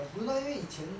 ya brunei 呢以前